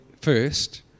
first